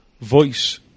voice